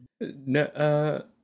No